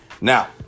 Now